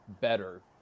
better